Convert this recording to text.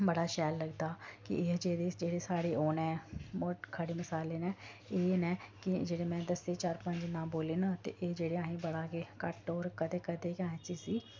बड़ा शैल लगदा कि एह् जेह् जेह्ड़े साढ़े ओह् न खड़े मसाले न एह् न कि जेह्ड़े में दस्से चार पंज नांऽ बोले न ते एह् जेह्ड़े असें बड़ा गै घट्ट होर कदें कदें गै अस जिसी